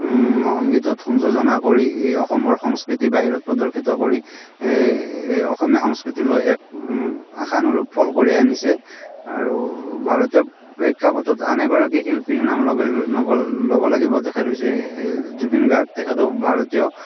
সংগীতত সংযোজনা কৰি এই অসমৰ সংস্কৃতি বাহিৰত প্ৰদৰ্শিত কৰি এই অসমীয়া সংস্কৃতিলৈ এক আশানুৰূপ ফল কঢ়িয়াই আনিছে আৰু ভাৰতীয় প্ৰেক্ষাপটত আন এগৰাকী শিল্পীৰ নাম ল'ব লাগিব তেখেত হৈছে জুবিন গাৰ্গ তেখেতো ভাৰতীয়